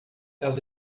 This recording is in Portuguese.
ela